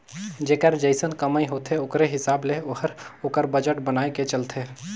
जेकर जइसन कमई होथे ओकरे हिसाब ले ओहर ओकर बजट बनाए के चलथे